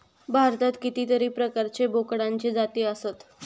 भारतात कितीतरी प्रकारचे बोकडांचे जाती आसत